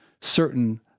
certain